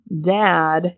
dad